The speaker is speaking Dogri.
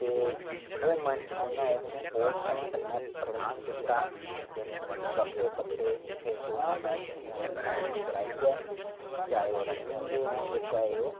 ते ओह् मंच कुन्नै स्पोट्रस से्कटर ने प्रदान कीता जिने बक्खरे बक्खरे टूर्नामेंटस गी आरगेनाइज कराइयै चाहे ओह् रनिंग दे होन जां ओह्